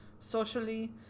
socially